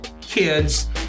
kids